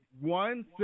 one